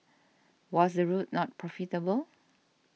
was the route not profitable